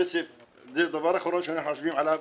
כסף זה הדבר האחרון שאנחנו חושבים עליו,